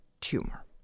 tumor